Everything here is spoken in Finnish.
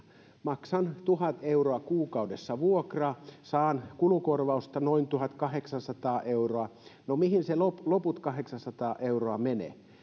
maksan tuhat euroa kuukaudessa vuokraa saan kulukorvausta noin tuhatkahdeksansataa euroa no mihin ne loput kahdeksansataa euroa menevät minä